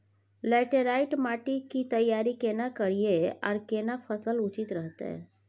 Laterite माटी की तैयारी केना करिए आर केना फसल उचित रहते?